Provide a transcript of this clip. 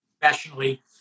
professionally